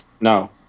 no